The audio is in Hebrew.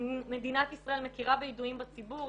מדינת ישראל מכירה בידועים בציבור,